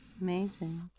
Amazing